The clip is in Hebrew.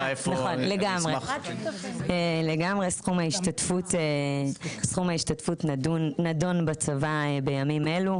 סכום ההשתתפות נדון בצבא בימים אלו.